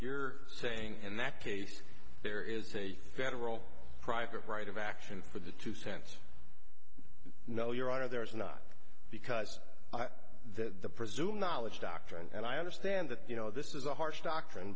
you're saying in that case there is a federal private right of action for the two cents no your honor there is not because the presumed knowledge doctrine and i understand that you know this is a harsh doctrine